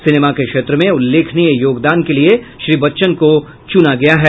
cinema के क्षेत्र में उल्लेखनीय योगदान के लिए श्री बच्चन को चुना गया है